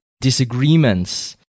disagreements